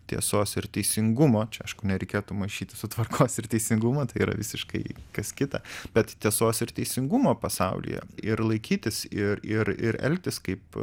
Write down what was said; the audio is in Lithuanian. tiesos ir teisingumo čia aišku nereikėtų maišyti su tvarkos ir teisingumo tai yra visiškai kas kita bet tiesos ir teisingumo pasaulyje ir laikytis ir ir ir elgtis kaip